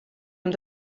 amb